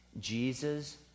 Jesus